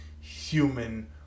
human